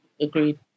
agreed